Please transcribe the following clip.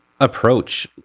approach